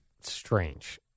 strange